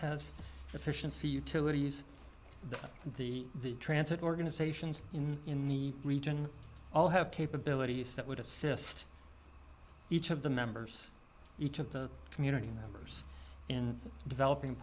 has efficiency utilities and the transit organizations in in the region all have capabilities that would assist each of the members each of the community members in developing